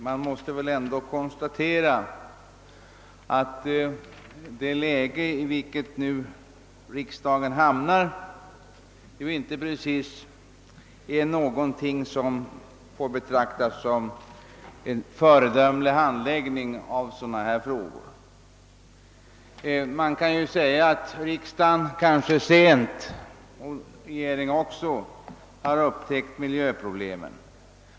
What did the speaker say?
Man måste konstatera att riksdagen hamnat i ett läge som inte kan betraktas som idealiskt när det gäller handläggning av sådana här frågor. Man kan säga att riksdagen — och även regeringen — väl sent har upptäckt miljöproblemen.